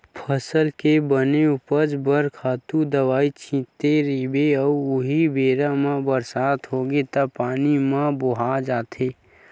फसल के बने उपज बर खातू दवई छिते रहिबे अउ उहीं बेरा म बरसा होगे त पानी म बोहा जाथे